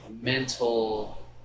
mental